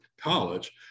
college